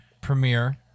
premiere